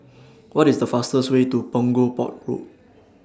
What IS The fastest Way to Punggol Port Road